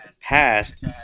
past